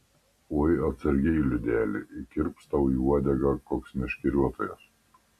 oi atsargiai liudeli įkirps tau į uodegą koks meškeriotojas